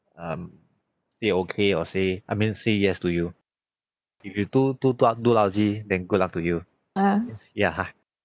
um say okay or say I mean say yes to you if you do too uh too lousy then good luck to you ya